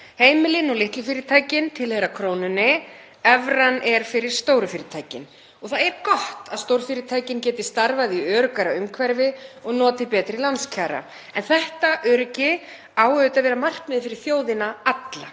Heimilin og litlu fyrirtækin tilheyra krónunni. Evran er fyrir stóru fyrirtækin. Það er gott að stórfyrirtækin geti starfað í öruggara umhverfi og notið betri lánskjara en þetta öryggi á auðvitað að vera markmiðið fyrir þjóðina alla.